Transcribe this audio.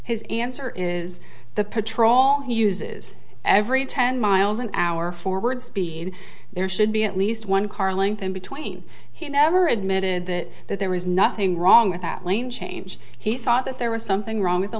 his answer is the patrol he uses every ten miles an hour forward speed there should be at least one car length in between he never admitted that that there was nothing wrong with that lane change he thought that there was something wrong with the